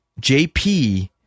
JP